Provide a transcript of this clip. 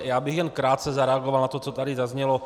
Já bych jen krátce zareagoval na to, co tady zaznělo.